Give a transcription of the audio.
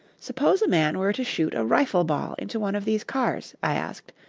suppose a man were to shoot a rifle-ball into one of these cars, i asked,